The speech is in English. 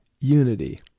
Unity